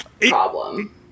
problem